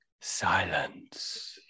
Silence